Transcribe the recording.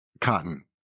Cotton